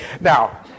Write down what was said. now